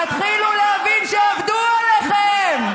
תתחילו להבין שעבדו עליכם.